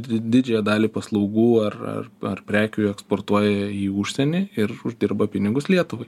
didžiąją dalį paslaugų ar ar ar prekių eksportuoja į užsienį ir uždirba pinigus lietuvai